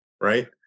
Right